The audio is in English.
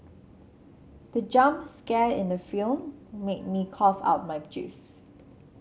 the jump scare in the film made me cough out my juice